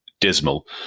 dismal